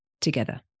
together